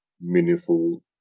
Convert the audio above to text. meaningful